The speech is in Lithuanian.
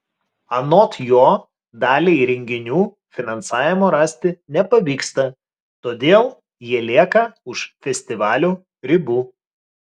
anot jo daliai renginių finansavimo rasti nepavyksta todėl jie lieka už festivalių ribų